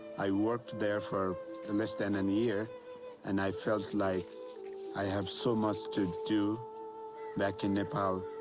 i worked there for and less than and a year and i felt like i have so much to do back in nepal.